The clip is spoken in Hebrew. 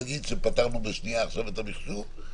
נגיד שפתרנו בשנייה עכשיו את המחשוב,